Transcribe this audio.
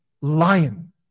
lion